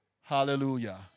Hallelujah